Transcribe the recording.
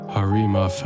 Harima